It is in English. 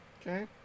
Okay